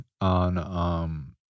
on